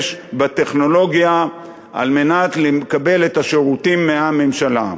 בטכנולוגיה על מנת לקבל את השירותים מהממשלה.